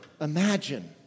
imagine